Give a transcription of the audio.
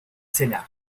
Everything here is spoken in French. cena